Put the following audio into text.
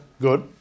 good